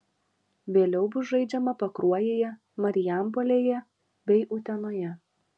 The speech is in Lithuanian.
vėliau bus žaidžiama pakruojyje marijampolėje bei utenoje